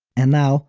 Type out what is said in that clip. and now,